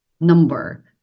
number